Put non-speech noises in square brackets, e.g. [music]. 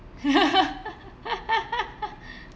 [laughs]